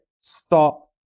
stop